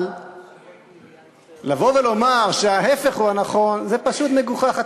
אבל לבוא ולומר שההפך הוא הנכון, זה פשוט מגוחך.